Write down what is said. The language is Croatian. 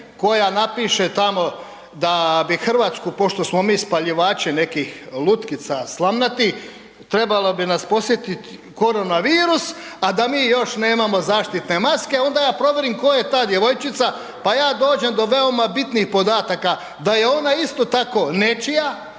koja napiše tamo da bi RH pošto smo mi spaljivači nekih lutkica slamnati, trebalo bi nas posjetit koronavirus, a da mi još nemamo zaštitne maske, onda ja provjerim ko je ta djevojčica, pa ja dođem do veoma bitnih podataka, da je ona isto tako nečija,